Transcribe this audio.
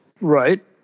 Right